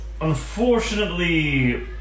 unfortunately